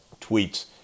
tweets